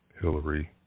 Hillary